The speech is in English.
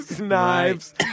knives